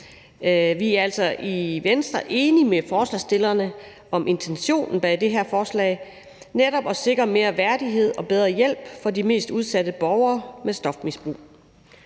Vi er altså i Venstre enige med forslagsstillerne om intentionen bag det her forslag, netop at sikre mere værdighed og bedre hjælp for de mest udsatte borgere med stofmisbrug.